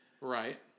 Right